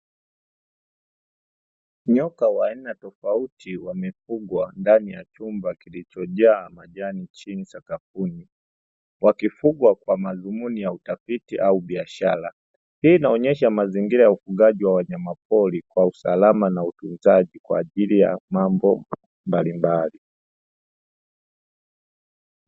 Nyoka wa aina tofauti wamefugwa ndani ya chumba, kilichojaa majani chini sakafuni wakifungwa kwa madhumuni ya utafiti au biashara; hii inaonyesha mazingira ya ufugaji wa wanyamapori kwa usalama na utunzaji kwa ajili ya mambo mbalimbali.